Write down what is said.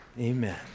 Amen